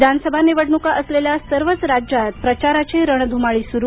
विधानसभा निवडणुका असलेल्या सर्वच राज्यात प्रचाराची रणधुमाळी सुरू